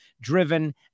driven